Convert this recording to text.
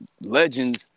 legends